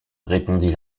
répondit